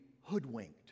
hoodwinked